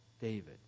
David